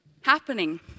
happening